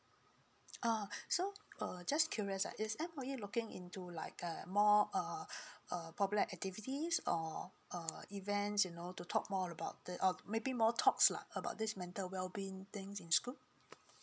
ah so err just curious uh is M_O_E looking into like a more err err popular activities or err events you know to talk more about it or maybe more talks lah about this mental well being things in school